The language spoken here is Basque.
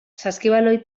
saskibaloi